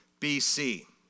BC